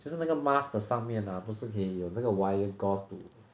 就是那个 mask 的上面 lah 不是也有那个 wire gauze